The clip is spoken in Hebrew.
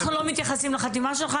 אפשר להגיד: "אנחנו לא מתייחסים לחתימה שלך;